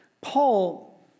Paul